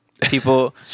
People